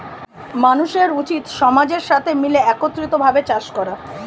মানুষের উচিত সমাজের সাথে মিলে একত্রিত ভাবে চাষ করা